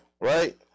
right